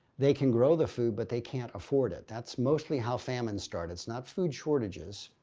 they can grow the food but they can't afford it. that's mostly how famines start. it's not food shortages.